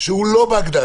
שהוא לא בהגדרה,